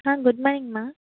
ஆ குட்மார்னிங்ம்மா